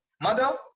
mother